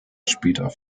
später